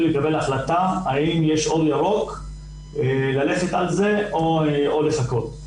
לקבל החלטה האם יש אור ירוק ללכת על זה או לחכות.